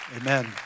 Amen